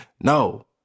no